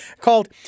called